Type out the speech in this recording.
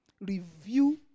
Review